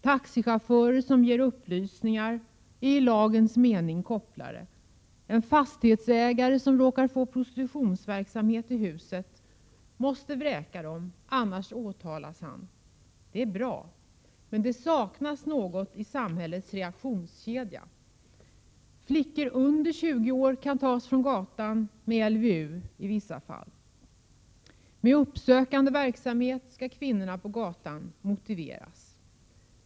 Taxichaufförer som ger upplysningar är i lagens mening kopplare. En fastighetsägare som råkar få prostitutionsverksamhet i huset måste vräka de ansvariga, annars åtalas han. Det är bra! Men det saknas något i samhällets reaktionskedja. Flickor under 20 år kan i vissa fall tas från gatan med LVU. Med uppsökande verksamhet skall kvinnorna på gatan motiveras.